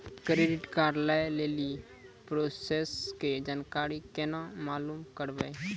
Credit card लय लेली process के जानकारी केना मालूम करबै?